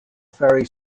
ferry